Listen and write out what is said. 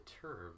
term